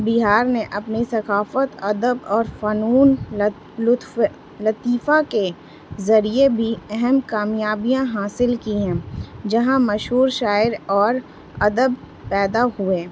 بہار نے اپنی ثقافت ادب اور فنون لطف لطیفہ کے ذریعے بھی اہم کامیابیاں حاصل کی ہیں جہاں مشہور شاعر اور ادب پیدا ہوئے